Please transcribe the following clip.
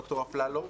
ד"ר אפללו,